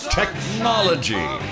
technology